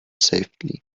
safely